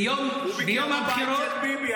-- ביום הבחירות --- הוא ביקר בבית של ביבי,